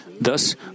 Thus